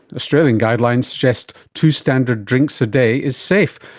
australian guidelines suggest two standard drinks a day is safe.